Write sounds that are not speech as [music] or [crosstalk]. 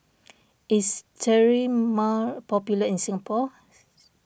is Sterimar popular in Singapore [noise]